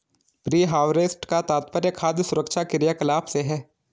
pre harvest का तात्पर्य खाद्य सुरक्षा क्रियाकलाप से है